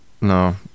No